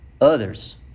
others